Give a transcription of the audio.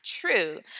true